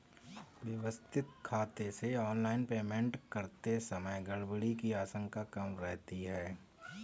व्यवस्थित खाते से ऑनलाइन पेमेंट करते समय गड़बड़ी की आशंका कम रहती है